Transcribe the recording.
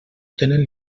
tenen